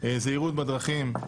זהירות בדרכים,